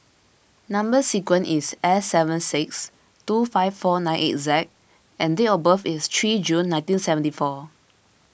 Number Sequence is S seven six two five four nine eight Z and date of birth is three June nineteen seventy four